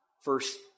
first